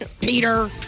Peter